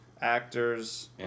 actors